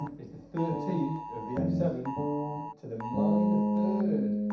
is the thirteenth of the f seven to the minor third.